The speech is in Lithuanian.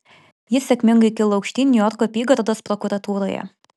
ji sėkmingai kilo aukštyn niujorko apygardos prokuratūroje